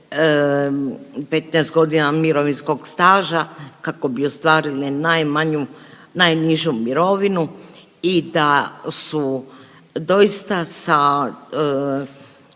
15 godina mirovinskog staža kako bi ostvarile najmanju, najnižu mirovinu i da su doista sa